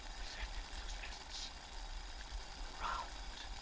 i sat there with those peasants in the round